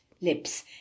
lips